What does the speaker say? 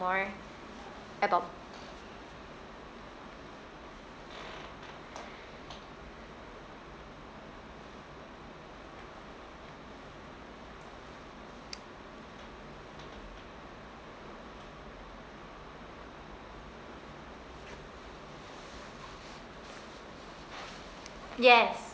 more about yes